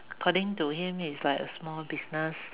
according to him it's like a small business